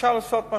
ואפשר לעשות מה